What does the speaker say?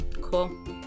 Cool